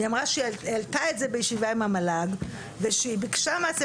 היא אמרה שהעלתה את זה בישיבה עם המל"ג ושהיא ביקשה מהצוות